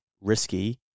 risky